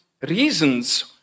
reasons